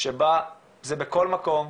שבה זה בכל מקום,